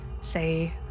say